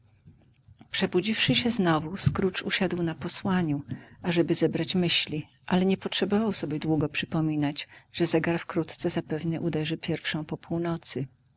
przebudziwszy się znowu scrooge usiadł na posłaniu ażeby zebrać myśli ale nie potrzebował sobie długo przypominać że zegar wkrótce zapewne uderzy pierwszą po północy